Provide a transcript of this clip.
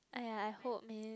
!aiya! I hope man